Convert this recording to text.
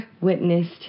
witnessed